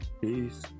peace